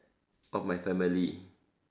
of my family